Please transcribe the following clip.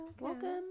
welcome